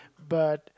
but